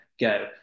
go